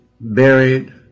buried